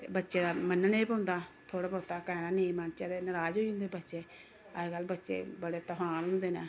ते बच्चे दा मनन्ने बी पौंदा थोह्ड़ा बहोता कहना निं मनचै ते नराज होई जंदे बच्चे अज्जकल बच्चे बड़े तफान होंदे न